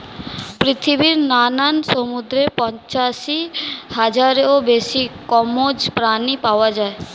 পৃথিবীর নানান সমুদ্রে পঁচাশি হাজারেরও বেশি কম্বোজ প্রাণী পাওয়া যায়